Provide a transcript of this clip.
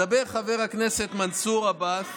מדבר חבר הכנסת מנסור עבאס